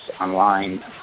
online